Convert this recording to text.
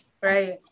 right